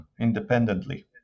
independently